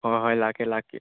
ꯍꯣꯏ ꯍꯣꯏ ꯂꯥꯛꯀꯦ ꯂꯥꯛꯀꯦ